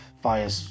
via